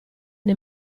nei